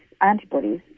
antibodies